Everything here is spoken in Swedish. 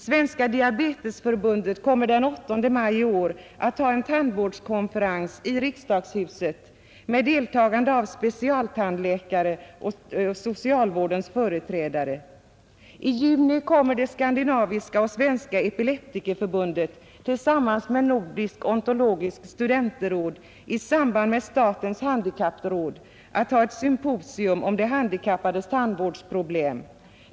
Svenska diabetesförbundet kommer den 8 maj i år att ha en tandvårdskonferens i riksdagshuset med deltagande av specialtandläkare och socialvårdens företrädare. I juni kommer de svenska och övriga skandinaviska epilektikerförbunden att tillsammans med Nordisk odontologisk studenterråd i samarbete med statens handikappråd att ha ett symposium om de handikappades tandvårdsproblem.